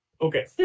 Okay